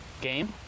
game